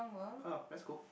!huh! let's go